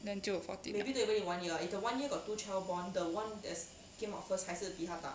then 就 fourteenth liao